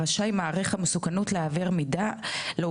יחולו